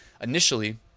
Initially